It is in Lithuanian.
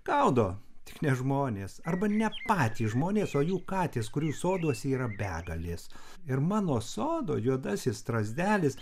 gaudo tik ne žmonės arba ne patys žmonės o jų katės kurių soduose yra begalės ir mano sodo juodasis strazdelis